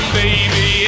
baby